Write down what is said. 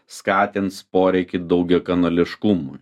skatins poreikį daugiakanališkumui